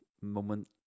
moment